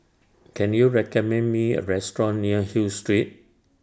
Can YOU recommend Me A Restaurant near Hill Street